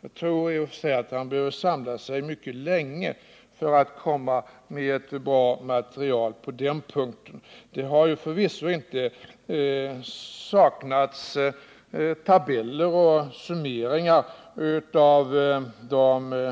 Jag tror att han behöver samla sig mycket länge för att komma med ett bra material på den punkten. Det har förvisso inte saknats tabeller och summeringar av de